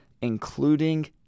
including